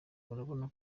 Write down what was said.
urabona